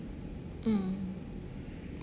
mm